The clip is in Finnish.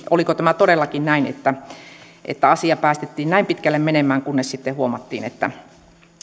oliko tämä todellakin näin että että asia päästettiin näin pitkälle menemään kunnes sitten huomattiin että